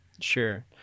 sure